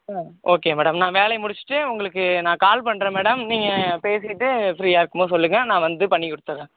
okay madam நான் வேலையை முடிச்சிட்டு உங்களுக்கு நான் கால் பண்ணுறன் மேடம் நீங்கள் பேசிட்டு ஃபிரியாக இருக்கும்போது சொல்லுங்கள் நான் வந்து பண்ணிக் கொடுத்துர்றன்